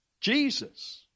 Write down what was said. Jesus